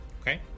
Okay